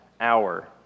hour